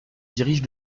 dirige